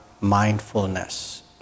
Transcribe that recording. mindfulness